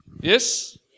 Yes